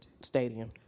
stadium